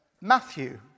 Matthew